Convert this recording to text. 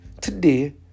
Today